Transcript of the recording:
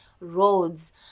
roads